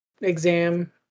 exam